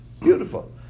Beautiful